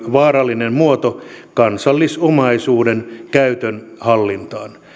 vaarallinen muoto kansallisomaisuuden käytön hallintaan